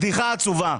בדיחה עצובה.